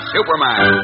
Superman